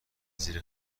زیر